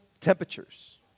temperatures